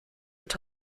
und